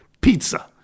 pizza